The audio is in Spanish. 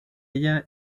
ella